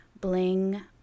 bling